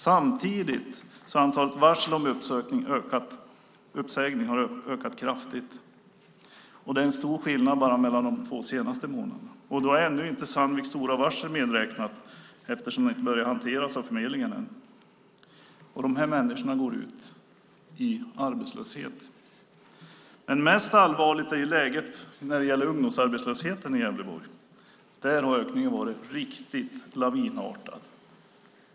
Samtidigt har antalet varsel om uppsägning ökat kraftigt. Det är en stor skillnad bara mellan de två senaste månaderna, och då är ännu inte Sandviks stora varsel medräknat, eftersom det ännu inte har börjat hanteras av förmedlingen. De här människorna går ut i arbetslöshet. Men mest allvarligt är läget när det gäller ungdomsarbetslösheten i Gävleborg. Där har ökningen varit lavinartad.